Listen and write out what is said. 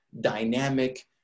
dynamic